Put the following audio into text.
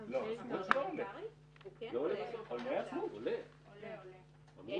את פרופסור גמזו אומר בכנסת שגם בנובמבר